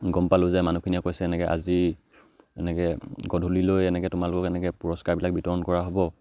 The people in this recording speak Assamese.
গম পালোঁ যে মানুহখিনিয়ে কৈছে এনেকৈ আজি এনেকৈ গধূলিলৈ এনেকৈ তোমালোকক এনেকৈ পুৰস্কাৰবিলাক বিতৰণ কৰা হ'ব